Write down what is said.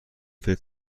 فکر